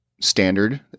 standard